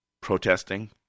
protesting